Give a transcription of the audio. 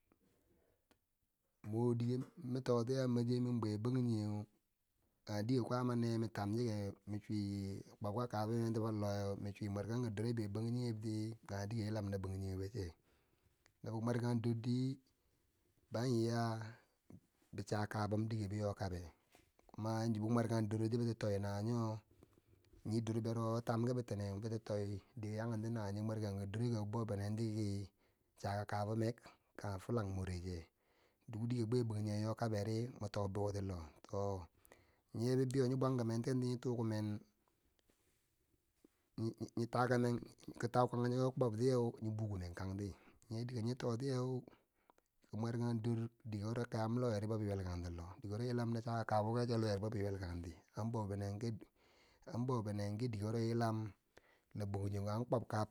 Mwo dike min totiyeu a masayin mwo bwe banjingeu, kangedike kwaama neye min tam chikeu min chwi kwobka kabati fo loweu min chwi mwer kanka doreti beu banjingbeu, kange dike yilam na banjingebo cheu, no bi mwerkondordi ban yi ya bi chaka bi ke ge di ge bi nyo kabeu, kuma yanzu bimwerkan doro tiyeu biti toi na wonyo nye durko beu tomkibi tineu nawaye biti toi, dike yakenti nawo yeu mwerka duweko bobenenti ki chaka kabom kange filong moreche, duk, dike, bwe bonjinge yo kaberi, mwo to bouti lott nye bibeiyo nyo bwankimenti, nyo to kimen ko ta kong nyeko ki kwob tiyeu nyo bukenem kanti, nye dike yo totiyeu ki mwerkan dor dike wuro kayam loweri ki yelkanti loh, dike wuro yilam na chaka kabako che loweri bobi yelkanti an bobinenki an bobinenki dike woba yilam, loh banjingebo an kwob kab